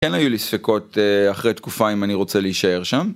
כן היו לי ספקות אחרי תקופה אם אני רוצה להישאר שם.